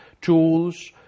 tools